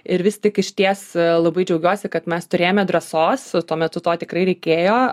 ir vis tik išties labai džiaugiuosi kad mes turėjome drąsos tuo metu to tikrai reikėjo